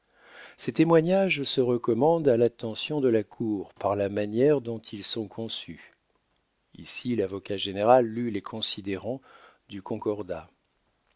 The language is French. ces témoignages se recommandent à l'attention de la cour par la manière dont ils sont conçus ici lavocat général lut les considérants du concordat